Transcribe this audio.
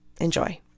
enjoy